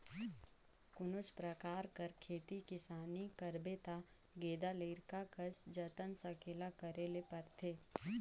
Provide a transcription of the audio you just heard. कोनोच परकार कर खेती किसानी करबे ता गेदा लरिका कस जतन संकेला करे ले परथे